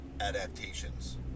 adaptations